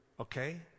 Okay